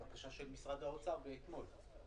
זו בקשה של משרד האוצר מאתמול.